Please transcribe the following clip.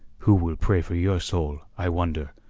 who will pray for your soul, i wonder,